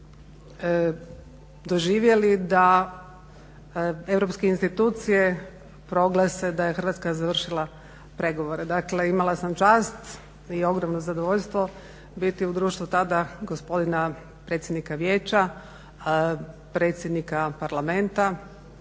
kako smo doživjeli da europske institucije proglase da je Hrvatska završila pregovore. Dakle imala sam čast i ogromno zadovoljstvo biti u društvu tada gospodina predsjednika vijeća, predsjednika parlamenta